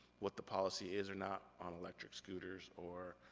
what the policy is or not on electric scooters, or,